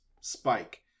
Spike